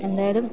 എന്തായാലും